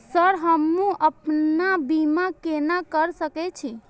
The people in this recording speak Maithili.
सर हमू अपना बीमा केना कर सके छी?